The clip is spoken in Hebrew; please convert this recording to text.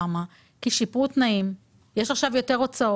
שיפרו תנאים, יש יותר הוצאות,